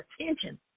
attention